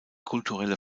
kulturelle